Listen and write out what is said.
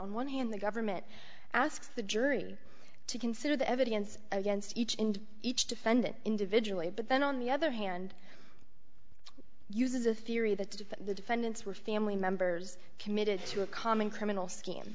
on one hand the government asks the jury to consider the evidence against each and each defendant individually but then on the other hand uses a theory that if the defendants were family members committed to a common criminal sc